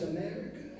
America